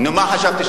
נו, מה חשבתי?